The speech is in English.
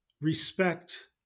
respect